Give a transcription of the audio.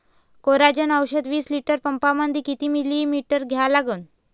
Coragen औषध विस litre पंपामंदी किती मिलीमिटर घ्या लागन?